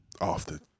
Often